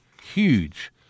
huge